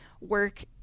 work